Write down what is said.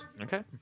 Okay